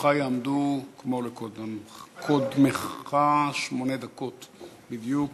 לרשותך יעמדו, כמו לקודמיך, שמונה דקות בדיוק.